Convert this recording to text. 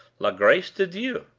la grace de dieu.